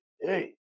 hey